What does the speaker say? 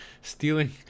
stealing